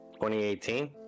2018